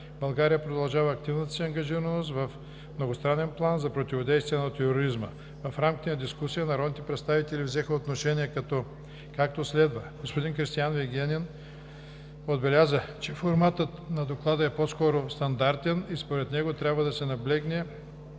България продължава активната си ангажираност в многостранен план за противодействие на тероризма. В рамките на дискусията народните представители взеха отношение, както следва: господин Кристиан Вигенин отбеляза, че форматът на Доклада е по-скоро стандартен и според него трябва да се наблегне